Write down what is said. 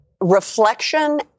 reflection